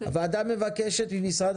הוועדה מבקשת ממשרד